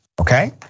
okay